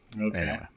Okay